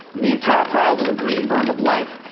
the entire pile was a green berm of life.